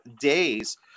days